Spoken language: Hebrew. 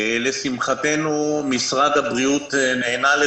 לשמחתנו משרד הבריאות נענה השנה